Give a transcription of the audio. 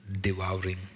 devouring